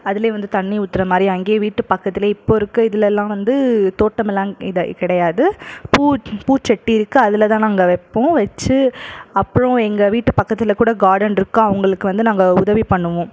அதில் வந்து தண்ணி ஊற்றுற மாதிரி அங்கியே வீட்டு பக்கத்துலேயே இப்போது இருக்கற இதுலல்லாம் வந்து தோட்டமெல்லாங் இதை க் கிடையாது பூ பூச்சட்டி இருக்குது அதில் தான் நாங்கள் வைப்போம் வச்சி அப்றம் எங்கள் வீட்டு பக்கத்தில் கூட காடன்ருக்கு அவங்களுக்கு வந்து நாங்கள் உதவி பண்ணுவோம்